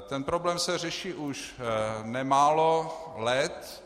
Ten problém se řeší už nemálo let.